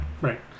Right